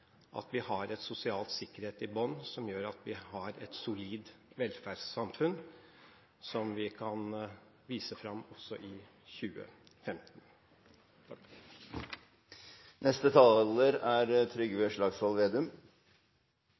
at vi har en sosial sikkerhet i bunnen som gjør at vi har et solid velferdssamfunn som vi kan vise fram også i 2015.